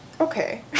okay